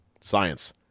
science